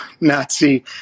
Nazi